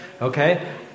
Okay